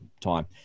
time